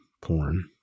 Porn